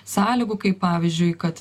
sąlygų kaip pavyzdžiui kad